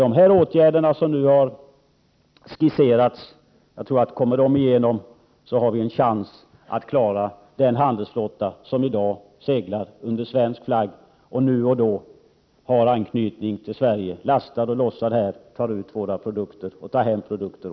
Men jag tror att om de åtgärder vidtas som vi har skisserat har vi en chans att klara den handelsflotta som i dag seglar under svensk flagg och nu och då har anknytning till Sverige, lastar och lossar här, tar ut våra produkter och tar hem andra.